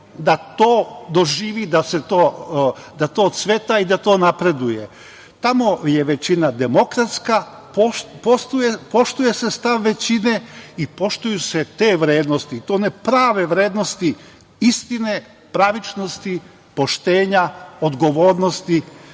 da to zaživi, da to cveta i da to napreduje. Tamo je većina demokratska. Poštuje se stav većine i poštuju se te vrednosti, one prave vrednosti, istine, pravičnosti, poštenja, odgovornosti,